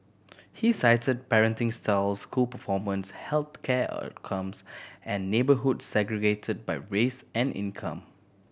he cited parenting styles school performance health care outcomes and neighbourhoods segregated by race and income